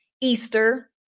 Easter